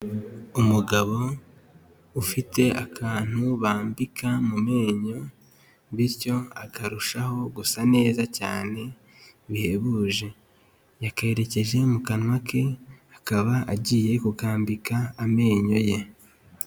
Umugabo ufite akantu bambika mu menyo bityo akarushaho gusa neza cyane bihebuje, yakerekeje mu kanwa ke akaba agiye kukambika amenyo ye.